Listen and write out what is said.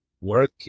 work